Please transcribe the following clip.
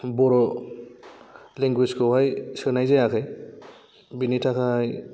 बर' language खौहाय सोनाय जायाखै बेनि थाखाय